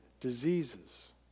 diseases